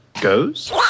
goes